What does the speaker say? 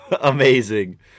Amazing